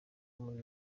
muri